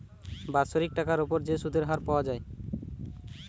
বাৎসরিক টাকার উপর যে সুধের হার পাওয়া যায়